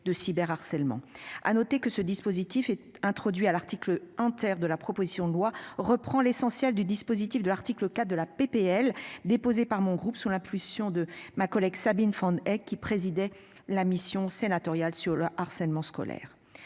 de cyber harcèlement. À noter que ce dispositif est introduit à l'article en terre de la proposition de loi reprend l'essentiel du dispositif de l'article 4 de la PPL déposée par mon groupe sous l'impulsion de ma collègue Sabine von et qui présidait la mission sénatoriale sur le harcèlement scolaire.